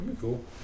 Cool